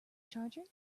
charger